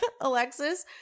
Alexis